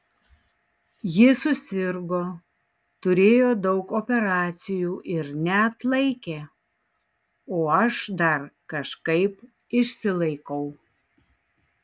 ji susirgo turėjo daug operacijų ir neatlaikė o aš dar kažkaip išsilaikau